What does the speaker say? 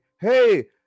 hey